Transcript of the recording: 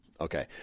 okay